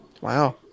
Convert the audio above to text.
Wow